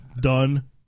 Done